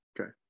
Okay